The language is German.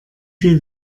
viel